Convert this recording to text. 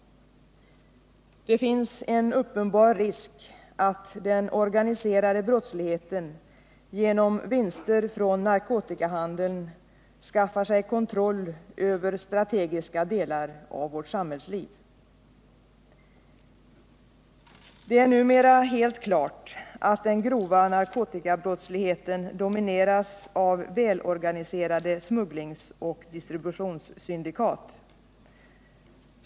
Det finns en uppenbar risk att den organiserade brottsligheten genom vinster från narkotikahandeln skaffar sig kontroll över Nr 46 strategiska delar av vårt samhällsliv. Det är numera helt klart att den grova narkotikabrottsligheten domineras av välorganiserade smugglingsoch distributionssyndikat.